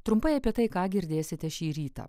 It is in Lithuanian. trumpai apie tai ką girdėsite šį rytą